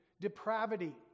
depravity